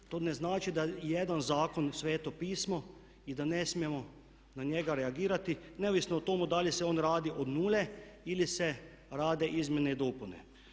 To ne znači da je jedan zakon sveto pismo i da ne smijemo na njega reagirati, neovisno o tome da li se on radi od nule ili se rade izmjene i dopune.